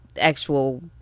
actual